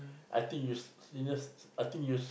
I think you se~ seniors I think you